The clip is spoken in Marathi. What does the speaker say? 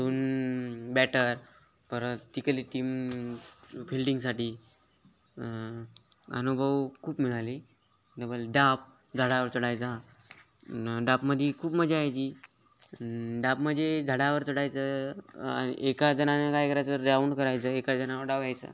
दोन बॅटर परत तिथली टीम फिल्डिंगसाठी अनुभव खूप मिळाली डबल डाप झाडावर चढायचा डाप म्हणजे खूप मजा यायची डापमध्ये झाडावर चढायचं एका जणानं काय करायचं राऊंड करायचं एका जणावर डाव यायचं